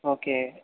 okay